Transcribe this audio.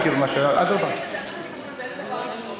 תעשו את התיקון הזה, זה דבר ראשון.